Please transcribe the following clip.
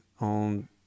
on